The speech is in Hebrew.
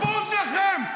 בוז לכם,